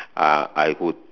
uh I would